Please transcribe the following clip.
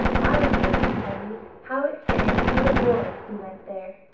i am going to tell you how it fared with a boy who went there.